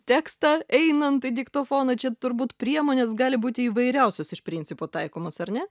tekstą einant į diktofoną čia turbūt priemonės gali būti įvairiausios iš principo taikomos ar ne